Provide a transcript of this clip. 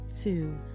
Two